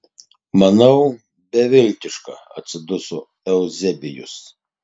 manau beviltiška atsiduso euzebijus